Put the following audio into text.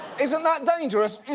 isn't that dangerous?